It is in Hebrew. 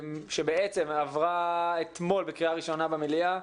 שעברה אתמול בקריאה ראשונה במליאה.